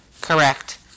Correct